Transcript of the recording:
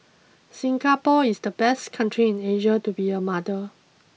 Singapore is the best country in Asia to be a mother